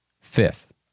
fifth